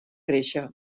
créixer